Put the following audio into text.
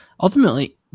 ultimately